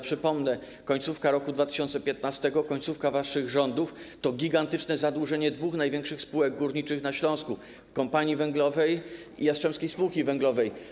Przypomnę: końcówka roku 2015, końcówka waszych rządów to czas gigantycznego zadłużenia dwóch największych spółek górniczych na Śląsku, czyli Kompanii Węglowej i Jastrzębskiej Spółki Węglowej.